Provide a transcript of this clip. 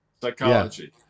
Psychology